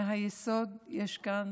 יש כאן